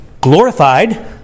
glorified